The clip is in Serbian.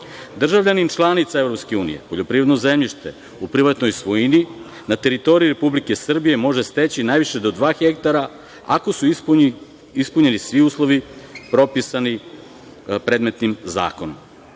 zonama. Državljanin članica EU poljoprivredno zemljište u privatnoj svojini na teritoriji Republike Srbije može steći najviše do dva hektara, ako su ispunjeni svi uslovi propisani predmetnim zakonom.